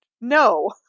No